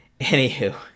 Anywho